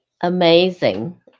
amazing